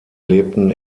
lebten